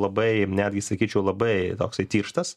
labai netgi sakyčiau labai toksai tirštas